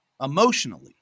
emotionally